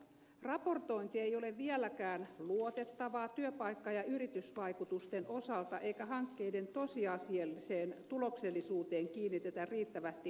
raportointi ei ole vieläkään luotettava työpaikka ja yritysvaikutusten osalta eikä hankkeiden tosiasialliseen tuloksellisuuteen kiinnitetä riittävästi huomiota